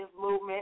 movement